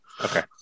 Okay